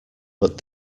but